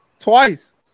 Twice